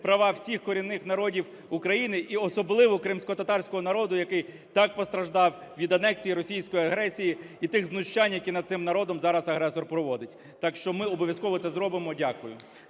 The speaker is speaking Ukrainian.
права всіх корінних народів України, і особливо кримськотатарського народу, який так постраждав від анексії російської агресії і тих знущань, які над цим народом зараз агресор проводить. Так що ми обов'язково це зробимо. Дякую.